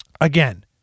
again